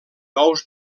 ous